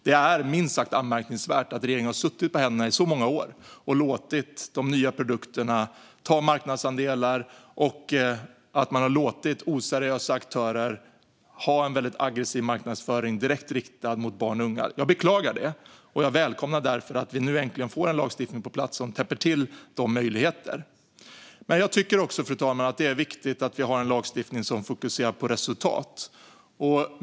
Det är minst sagt anmärkningsvärt att regeringen har suttit på händerna i många år och låtit de nya produkterna ta marknadsandelar och att man har låtit oseriösa aktörer ha en aggressiv marknadsföring riktad direkt mot barn och unga. Jag beklagar det, och jag välkomnar därför att vi nu äntligen får en lagstiftning på plats som täpper till dessa möjligheter. Jag tycker också, fru talman, att det är viktigt att vi har en lagstiftning som fokuserar på resultat.